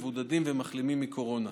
מבודדים ומחלימים מקורונה.